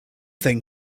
thing